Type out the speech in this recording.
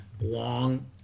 long